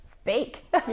speak